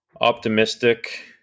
optimistic